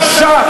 בושה.